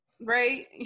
Right